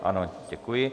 Ano, děkuji.